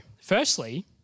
firstly